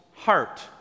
Heart